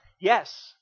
yes